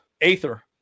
Aether